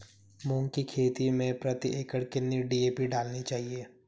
मूंग की खेती में प्रति एकड़ कितनी डी.ए.पी डालनी चाहिए?